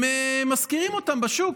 הם משכירים אותן בשוק,